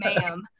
ma'am